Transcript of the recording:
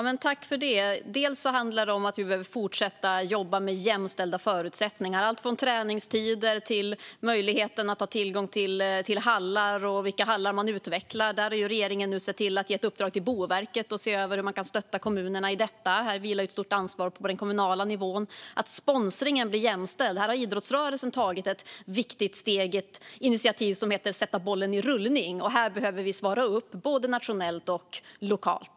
Fru talman! Dels handlar det om att vi behöver fortsätta att jobba med jämställda förutsättningar. Det handlar om allt från träningstider till möjligheten att ha tillgång till olika hallar och vilka hallar man utvecklar. Regeringen har gett ett uppdrag till Boverket att se över hur man kan stötta kommunerna i detta. Det vilar ett stort ansvar på den kommunala nivån när det gäller att sponsringen blir jämställd. Idrottsrörelsen har tagit ett viktigt steg i och med ett initiativ som heter Sätt bollen i rullning. Här behöver vi svara upp både nationellt och lokalt.